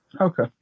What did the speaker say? Okay